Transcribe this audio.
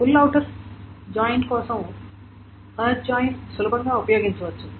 full outer join కోసం merge join సులభంగా ఉపయోగించవచ్చు